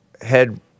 head